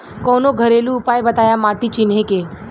कवनो घरेलू उपाय बताया माटी चिन्हे के?